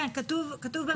כן, כתוב.